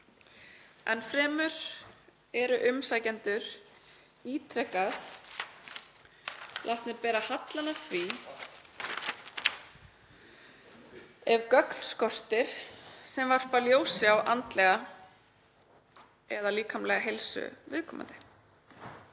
Enn fremur eru umsækjendur ítrekað látnir bera hallann af því ef gögn skortir sem varpa ljósi á andlega eða líkamlega heilsu viðkomandi.“